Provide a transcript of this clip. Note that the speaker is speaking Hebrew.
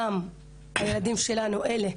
גם הילדים שלנו אלה,